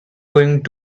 going